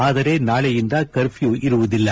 ಆದರೆ ನಾಳೆಯಿಂದ ಕರ್ಫ್ಯೂ ಇರುವುದಿಲ್ಲ